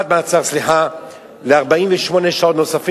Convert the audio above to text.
בבקשה, חבר הכנסת